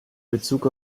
bezug